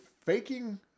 faking